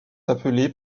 appelés